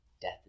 death